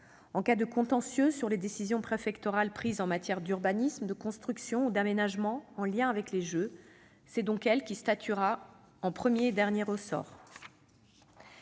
En cas de contentieux sur les décisions préfectorales prises en matière d'urbanisme, de construction ou d'aménagement en lien avec les Jeux, c'est elle qui statuera en premier et dernier ressort.